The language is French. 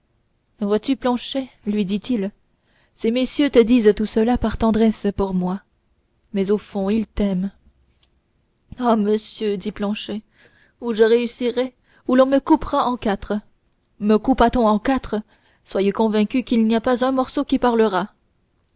vois-tu planchet lui dit-il ces messieurs te disent tout cela par tendresse pour moi mais au fond ils t'aiment ah monsieur dit planchet ou je réussirai ou l'on me coupera en quatre me coupât on en quatre soyez convaincu qu'il n'y a pas un morceau qui parlera